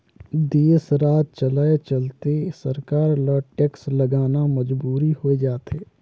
देस, राज चलाए चलते सरकार ल टेक्स लगाना मजबुरी होय जाथे